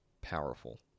powerful